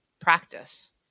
practice